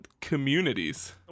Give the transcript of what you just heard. communities